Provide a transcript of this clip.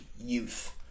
youth